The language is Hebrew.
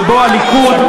שבו הליכוד,